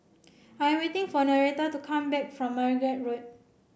I am waiting for Noretta to come back from Margate Road